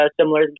similar